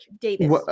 davis